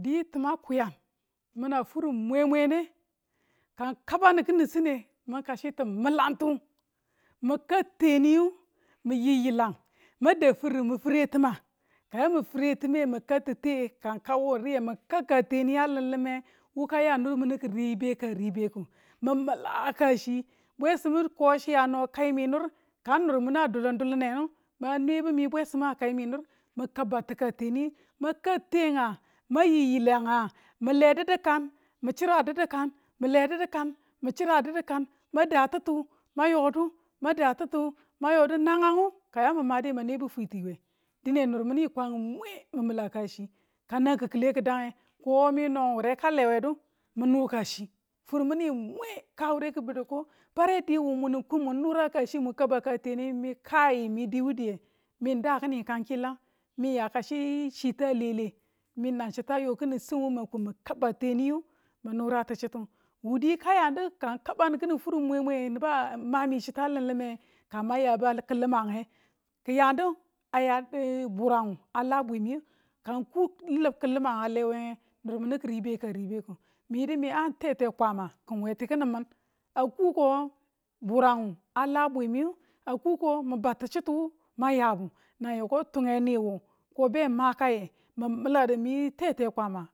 di timu a kwiyan min a furu mwemwene ka n kaban i kini sine min kasi timilantu mi ka teniyu mi̱ yiu yilangang ma dau firu min fire ti̱ma ka ya mi fire time mi katite ka ng kau wu ng riye mi kak ka teni yiya limlime wu ka yan nur minu ki ribe ka ribeku, mi mila ka chi bwesimu kasi a no kai mi nur kang nur minu a ka dulim dulime nga man nwebu mi bwesimu a kai mi nur min kaba ti ka teniyu ma katenga ma yiyilanga nga mi le didi kan mi chiri a didi kan min le didu kana mang da titu man yo du ma da titu ma yodu nangangu ka yamin made man nwebu fwiti we dine nur minu i kwang i mwi mi mila ka chi ka nan kikile kidange komi no wure ka lewe du mi nur kana chi, fur minu i mwe ka wure ki budu ko mare diyu mun ng kun mu nura ka chiye mu kaba ka teniye, mi kai mi diwudiye mi ng kini kang kilang mi ng ya kachi chi tu a lele mi nang chitu a yo kini siin wu min kun mi kabba teniyu min nura ti chitu wudi ka yandu ka ng kaban kini furi mwemwe nge nibu a mami chiyu a limlim me nge ka mang ya ba kilimange kiyandu a ya burangu a la bwimiyu ka ng ko ba kilimang a lewe ng nur minu kiribe ka ribe ki̱ mi̱yidu mi a ng tete kwama kin we tikinan min a kuko burang a la bwimiyu, a kuko mi bau tichitu wo mayabu nan yoko tunge niwu ko be makayi mi̱m mi̱ladu mi tete kwama